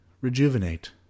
Rejuvenate